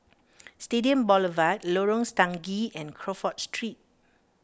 Stadium Boulevard Lorong Stangee and Crawford Street